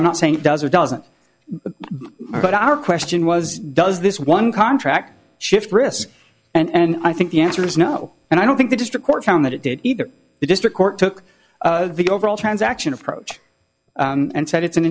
i'm not saying it does or doesn't but our question was does this one contract shift risk and i think the answer is no and i don't think the district court found that it did either the district court took the overall transaction approach and said it's an